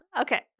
Okay